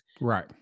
Right